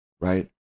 right